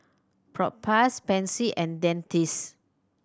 Propass Pansy and Dentiste